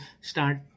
start